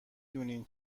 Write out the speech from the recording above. دونین